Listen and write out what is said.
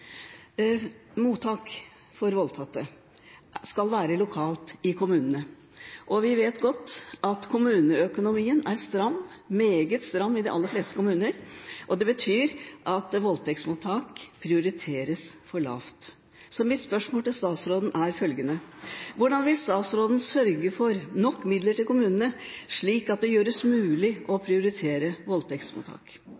Mottak for voldtatte skal være lokalt i kommunene, og vi vet godt at kommuneøkonomien er stram – meget stram i de aller fleste kommuner. Det betyr at voldtektsmottak prioriteres for lavt. Så mitt spørsmål til statsråden er følgende: Hvordan vil statsråden sørge for nok midler til kommunene slik at det er mulig å